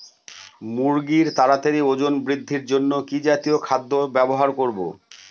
মুরগীর তাড়াতাড়ি ওজন বৃদ্ধির জন্য কি জাতীয় খাদ্য ব্যবহার করব?